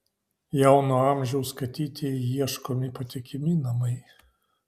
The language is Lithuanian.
jauno amžiaus katytei ieškomi patikimi namai